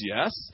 Yes